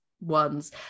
ones